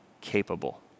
capable